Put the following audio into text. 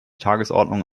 tagesordnung